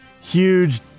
huge